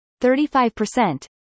35%